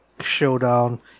showdown